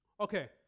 Okay